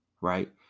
right